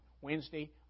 Wednesday